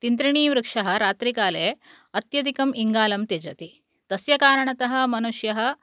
तिन्त्रिणीवृक्षः रात्रिकाले अत्यधिकम् इङ्गालं त्यजति तस्य कारणतः मनुष्यः